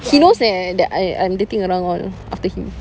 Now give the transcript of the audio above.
he knows eh that I I dating around all after him